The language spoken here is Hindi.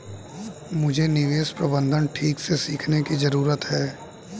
मुझे निवेश प्रबंधन ठीक से सीखने की जरूरत है